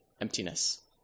emptiness